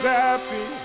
happy